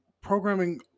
Programming